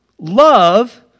Love